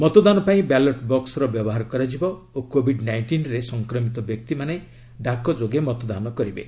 ମତଦାନ ପାଇଁ ବ୍ୟାଲଟ ବକ୍ସର ବ୍ୟବହାର କରାଯିବ ଓ କୋବିଡ୍ ନାଇଷ୍ଟିନ୍ରେ ସଂକ୍ରମିତ ବ୍ୟକ୍ତିମାନେ ଡାକ ଯୋଗେ ମତଦାନ କରିବେ